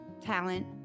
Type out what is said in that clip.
talent